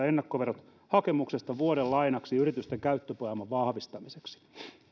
ennakkoverot hakemuksesta vuoden lainaksi yritysten käyttöpääoman vahvistamiseksi